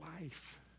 life